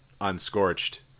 unscorched